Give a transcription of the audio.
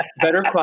better